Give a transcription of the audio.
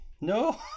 no